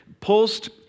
post